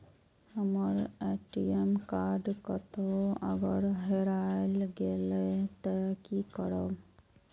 हमर ATM card कतहो अगर हेराय गले ते की करबे?